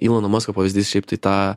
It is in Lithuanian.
ilono masko pavyzdys kaip tai tą